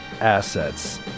assets